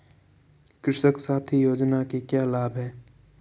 कृषक साथी योजना के क्या लाभ हैं?